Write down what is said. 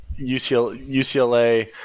UCLA